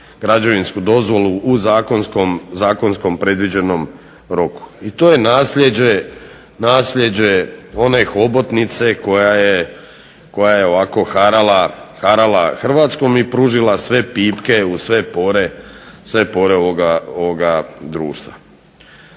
građevinsku dozvolu u zakonskom predviđenom roku. I to je nasljeđe one hobotnice koja je ovako harala Hrvatskom i pružila sve pipke u sve pore ovoga društva.